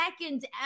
second